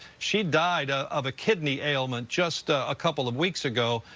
she died ah of a kidney ailment just ah a couple of weeks ago,